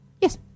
Yes